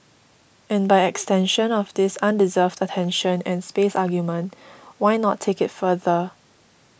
and by extension of this undeserved attention and space argument why not take it further